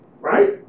Right